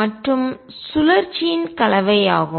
மற்றும் சுழற்சியின் கலவையாகும்